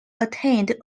attained